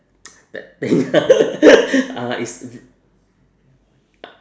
that thing uh it's